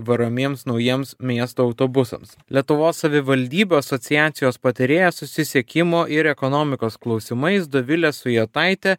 varomiems naujiems miesto autobusams lietuvos savivaldybių asociacijos patarėja susisiekimo ir ekonomikos klausimais dovilė sujetaitė